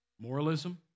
Moralism